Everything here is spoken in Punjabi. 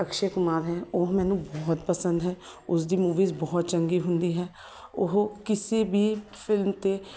ਅਕਸ਼ੇ ਕੁਮਾਰ ਹੈ ਉਹ ਮੈਨੂੰ ਬਹੁਤ ਪਸੰਦ ਹੈ ਉਸਦੀ ਮੂਵੀਜ਼ ਬਹੁਤ ਚੰਗੀ ਹੁੰਦੀ ਹੈ ਉਹ ਕਿਸੇ ਵੀ ਫਿਲਮ ਅਤੇ